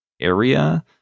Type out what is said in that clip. area